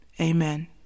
Amen